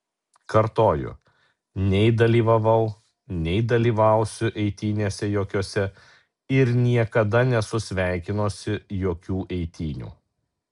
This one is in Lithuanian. kartoju nei dalyvavau nei dalyvausiu eitynėse jokiose ir niekada nesu sveikinusi jokių eitynių